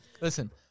listen